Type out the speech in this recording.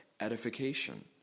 edification